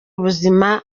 ubuzima